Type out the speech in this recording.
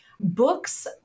books